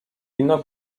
ino